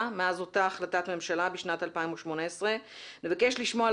מאז אותה החלטת ממשלה בשנת 2018. נבקש לשמוע על